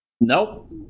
nope